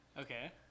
Okay